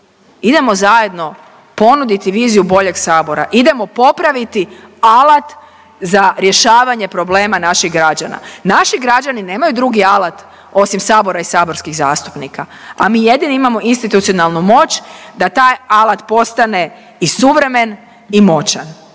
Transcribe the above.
Idemo zajedno ponuditi viziju boljeg sabora, idemo popraviti alat za rješavanje problema naših građana. Naši građani nemaju drugi alat osim sabora i saborskih zastupnika, a mi jedini imamo institucionalnu moć da taj alat postane i suvremen i moćan,